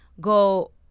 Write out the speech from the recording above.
go